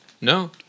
No